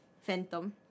Phantom